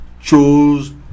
chose